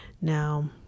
now